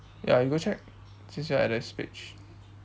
ya you go check since you are at that page